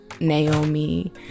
Naomi